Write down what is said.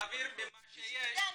להעביר במה שיש, זה לא.